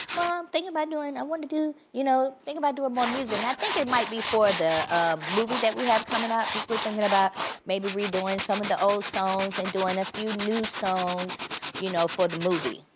well, i'm thinking about doing, i wanna do, you know thinking about doing more music, and i think it might be for the movie that we have coming up, cause we're thinking about maybe, redoing some of the old songs, and doing a few new songs you know for the movie,